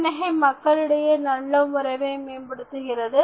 புன்னகை மக்களிடையே நல்ல உறவை மேம்படுத்துகிறது